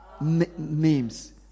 names